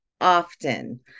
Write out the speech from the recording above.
often